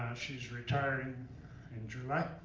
she's retiring in july